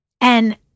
And-